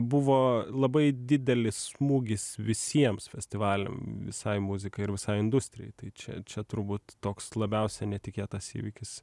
buvo labai didelis smūgis visiems festivaliam visai muzikai ir visai industrijai tai čia čia turbūt toks labiausia netikėtas įvykis